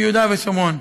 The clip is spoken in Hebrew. ביהודה ושומרון.